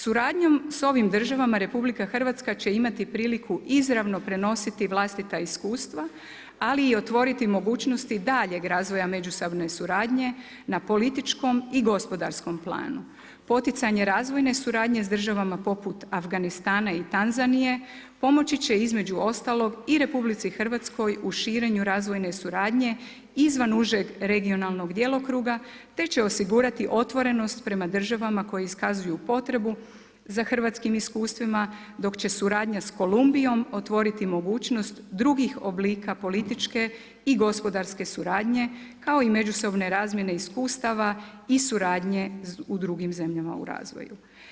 Suradnjom s ovim državama RH će imati priliku izravno prenositi vlastita iskustva ali i otvoriti mogućnosti daljeg razvoja međusobne suradnje na političkom i gospodarskom planu, poticanje razvojne suradnje sa državama poput Afganistana i Tanzanije pomoći će između ostalog i RH u širenju razvojne suradnje izvan užeg regionalnog djelokruga te će osigurati otvorenost prema državama koje iskazuju potrebu za hrvatskim iskustvima dok će suradnja sa Kolumbijom otvoriti mogućnost drugih oblika političke i gospodarske suradnje kao i međusobne razmjene iskustava i suradnje u drugim zemljama u razvoju.